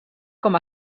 com